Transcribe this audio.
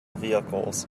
vehicles